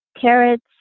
carrots